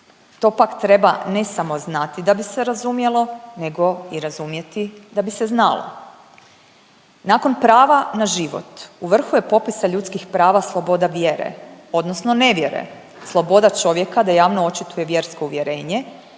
To pak treba ne samo znati da bi se razumjelo nego i razumjeti da bi se znalo. Nakon prava na život, u vrhu je popisa ljudskih prava, sloboda vjere odnosno nevjere. Sloboda čovjeka da javno očituje vjersko uvjerenje,